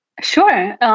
Sure